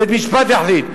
בית-משפט יחליט.